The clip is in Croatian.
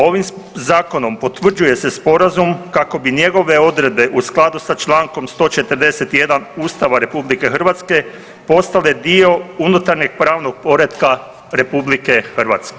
Ovim Zakonom potvrđuje se Sporazum kako bi njegove odredbe u skladu sa čl. 141 Ustava RH postale dio unutarnjeg pravnog poretka RH.